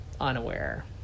unaware